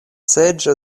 seĝo